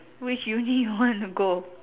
which uni you want to go